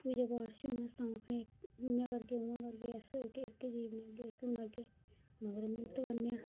पूजा पाठ च बी मस्त अ'ऊं अपने इ'यां करगे उयां करगे अस के इक्कै जेही चीज बनाह्गे इक्कै बनाह्गे मगर मेह्नत करने आं